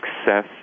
success